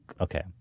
Okay